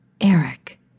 Eric